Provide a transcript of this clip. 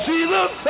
Jesus